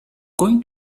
going